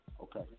okay